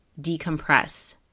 decompress